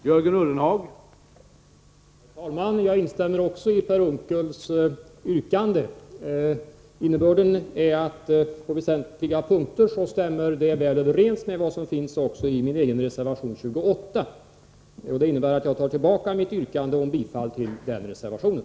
Herr talman! Också jag instämmer i Per Unckels yrkande. På väsentliga punkter stämmer det överens med vad som anförs i min egen reservation 28. Jag tar därför tillbaka mitt yrkande om bifall till den reservationen.